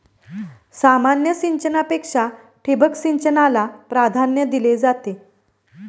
सामान्य सिंचनापेक्षा ठिबक सिंचनाला प्राधान्य दिले जाते